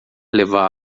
levá